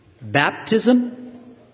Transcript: baptism